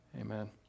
Amen